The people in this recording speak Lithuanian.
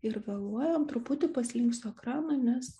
ir vėluojam truputį paslinksiu ekraną nes